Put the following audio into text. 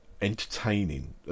entertaining